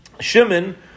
Shimon